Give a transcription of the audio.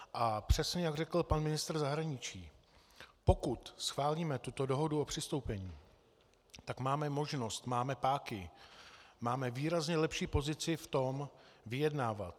A přesně, jak řekl pan ministr zahraničí, pokud schválíme tuto dohodu o přistoupení, tak máme možnost, máme páky, máme výrazně lepší pozici vyjednávat.